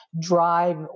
drive